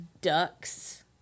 ducks